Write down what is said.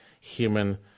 human